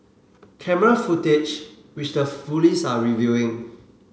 camera footage which the police are reviewing